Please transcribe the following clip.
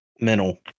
mental